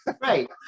Right